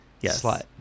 Yes